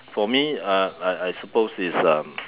for me uh I I suppose is uh